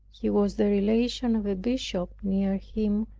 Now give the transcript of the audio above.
he was the relation of a bishop near him,